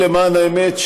למען האמת,